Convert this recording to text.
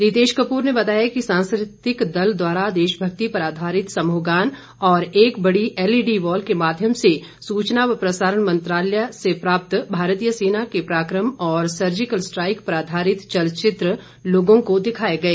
रितेश कपूर ने बताया कि सांस्कृतिक दल द्वारा देशभक्ति पर आधारित समूहगान और एक बड़ी एलईडी वॉल के माध्यम से सूचना व प्रसारण मंत्रालय से प्राप्त भारतीय सेना के पराकम और सर्जिकल स्ट्राईक पर आधारित चलचित्र लोगों को दिखाए गए